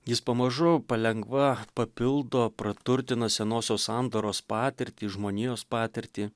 jis pamažu palengva papildo praturtina senosios sandoros patirtį žmonijos patirtį